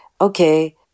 okay